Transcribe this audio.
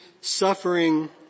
suffering